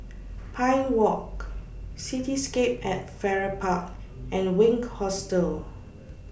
Pine Walk Cityscape At Farrer Park and Wink Hostel